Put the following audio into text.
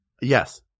Yes